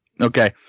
Okay